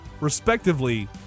respectively